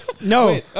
No